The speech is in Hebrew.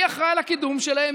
מי אחראי לקידום שלהם?